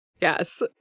Yes